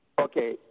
Okay